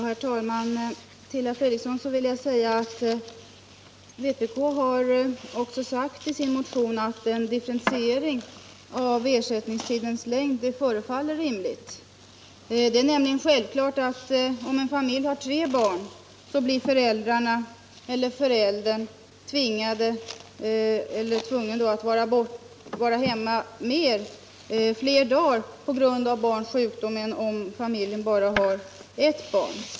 Herr talman! Vpk har också i sin motion sagt, herr Fredriksson, att en differentiering av ersättningstidens längd förefaller rimlig. Om en familj har tre barn blir givetvis en förälder tvungen att vara hemma fler dagar på grund av barns sjukdom än om familjen bara har ett barn.